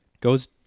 goes